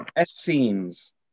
Essenes